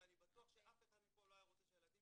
ואני בטוח מאוד שאף אחד לא היה רוצה שהילדים